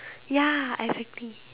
ya exactly